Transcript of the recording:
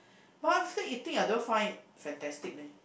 but I'm still eating I don't find it fantastic leh